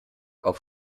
auf